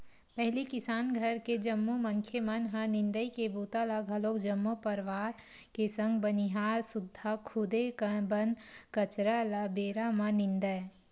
पहिली किसान घर के जम्मो मनखे मन ह निंदई के बूता ल घलोक जम्मो परवार के संग बनिहार सुद्धा खुदे बन कचरा ल बेरा म निंदय